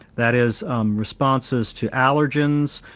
that is um responses to allergens,